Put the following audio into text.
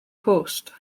post